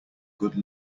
good